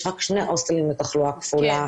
יש בארץ רק שני הוסטלים לתחלואה כפולה.